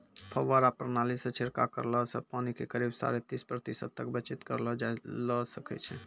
फव्वारा प्रणाली सॅ छिड़काव करला सॅ पानी के करीब साढ़े तीस प्रतिशत तक बचत करलो जाय ल सकै छो